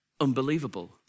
unbelievable